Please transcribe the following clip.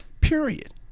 Period